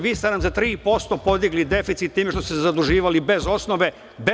Vi ste nam za 3% podigli deficit time što ste se zaduživali bez osnove.